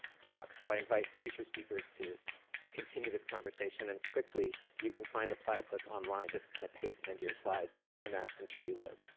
talks. so i invite future speakers to to continue this conversation and quickly you can find the platypus online. just kind of paste it into your slides and ask them to reload.